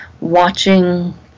watching